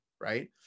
right